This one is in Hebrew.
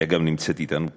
היא, אגב, נמצאת אתנו כאן.